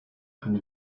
eine